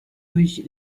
durch